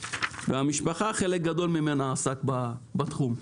וחלק גדול מן המשפחה עסק בתחום.